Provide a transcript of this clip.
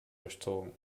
durchzogen